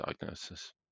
diagnosis